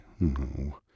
No